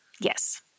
Yes